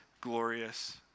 glorious